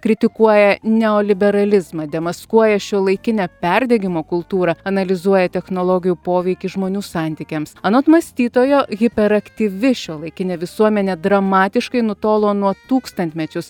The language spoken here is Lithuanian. kritikuoja neoliberalizmą demaskuoja šiuolaikinę perdegimo kultūrą analizuoja technologijų poveikį žmonių santykiams anot mąstytojo hiperaktyvi šiuolaikinė visuomenė dramatiškai nutolo nuo tūkstantmečius